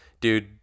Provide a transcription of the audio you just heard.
dude